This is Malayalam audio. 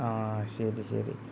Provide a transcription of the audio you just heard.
ആ ശരി ശരി